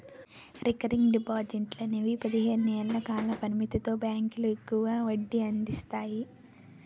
recurring డిపాజిట్లు అనేవి పదిహేను ఏళ్ల కాల పరిమితితో బ్యాంకులు ఎక్కువ వడ్డీనందిస్తాయి